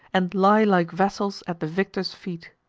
and lie like vassals at the victor's feet.